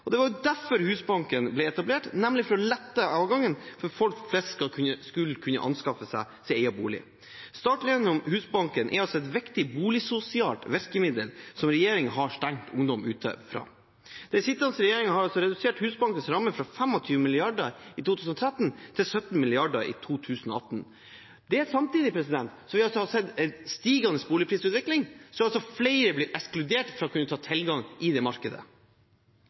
Det var derfor Husbanken ble etablert – nemlig for å lette adgangen for folk flest til å kunne anskaffe seg egen bolig. Startlån gjennom Husbanken er altså et viktig boligsosialt virkemiddel som regjeringen har stengt ungdom ute fra. Den sittende regjeringen har redusert Husbankens rammer fra 25 mrd. kr i 2013 til 17 mrd. kr i 2018, samtidig som vi har sett en stigende boligprisutvikling, slik at flere er blitt ekskludert fra å få tilgang til det markedet.